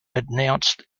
announced